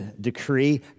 decree